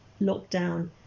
lockdown